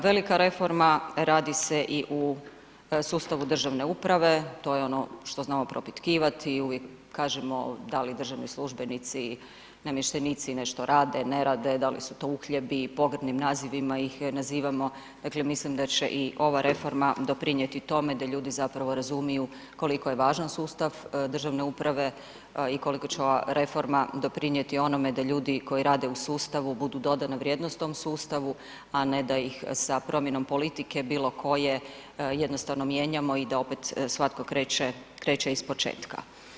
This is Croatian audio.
Velika reforma radi se i u sustavu državne uprave, to je ono što znamo propitkivati, uvijek kažemo da li državni službenici, namještenici nešto rade, ne rade, da li su to uhljebi, pogrdnim nazivima ih nazivamo, dakle mislim da će i ova reforma doprinijeti tome da ljudi zapravo razumiju koliko je važan sustav državne uprave i koliko će ova reforma doprinijeti onome da ljudi koji rade u sustavu budu dodana vrijednost tom sustavu, a ne da ih sa promjenom politike bilo koje, jednostavno mijenjamo i da opet svatko kreće, kreće ispočetka.